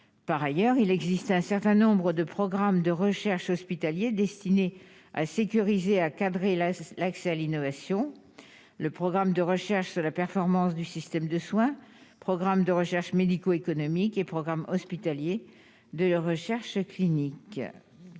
par ailleurs, il existe un certain nombre de programmes de recherche hospitaliers destiné à sécuriser à cadrer la l'accès à l'innovation, le programme de recherche sur la performance du système de soins, programme de recherches médico-économique et programme hospitalier de recherche clinique,